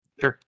Sure